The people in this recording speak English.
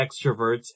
extroverts